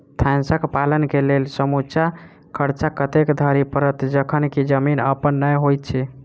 भैंसक पालन केँ लेल समूचा खर्चा कतेक धरि पड़त? जखन की जमीन अप्पन नै होइत छी